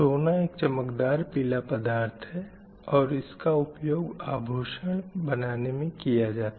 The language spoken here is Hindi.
सोना एक चमकदार पीला पदार्थ है और इसका उपयोग आभूषण बनाने में किया जाता है